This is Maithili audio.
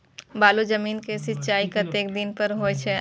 बालू जमीन क सीचाई कतेक दिन पर हो छे?